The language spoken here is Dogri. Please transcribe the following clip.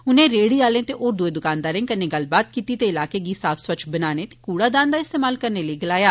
उने रेहड़ी आले ते होर दुए दुकानदारे कन्नै गल्ल कीती ते इलाके गी साफ स्वच्छ बनाने ते कूड़ेदान दा इस्तेमाल करने लेई गलाया